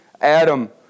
Adam